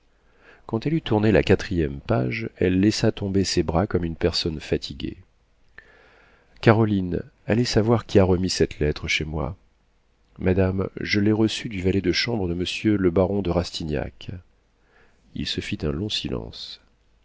quand elle eut tourné la quatrième page elle laissa tomber ses bras comme une personne fatiguée caroline allez savoir qui a remis cette lettre chez moi madame je l'ai reçue du valet de chambre de monsieur le baron de rastignac il se fit un long silence